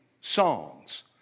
songs